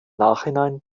nachhinein